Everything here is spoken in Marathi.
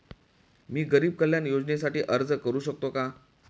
मी गरीब कल्याण योजनेसाठी अर्ज भरू शकतो का?